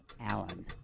Allen